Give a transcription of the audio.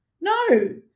no